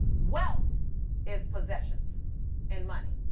wealth is possessions and money.